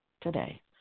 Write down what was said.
today